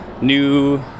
new